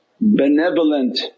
benevolent